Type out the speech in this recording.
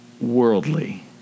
worldly